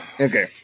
Okay